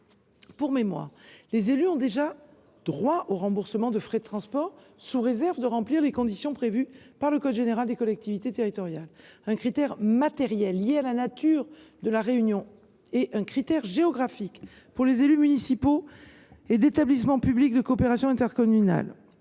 déplacement. Les élus ont déjà droit au remboursement de frais de transport, sous réserve des conditions prévues par le code général des collectivités territoriales, à savoir un critère matériel lié à la nature de la réunion et un critère géographique pour les élus municipaux et d’établissements publics de coopération intercommunale.